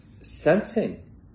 sensing